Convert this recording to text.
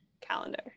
calendar